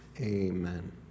amen